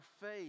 faith